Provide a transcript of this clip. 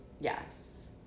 Yes